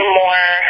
more